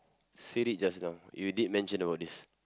said it just now you did mention about this